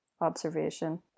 observation